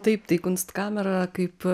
taip tai kunstkamera kaip